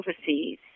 overseas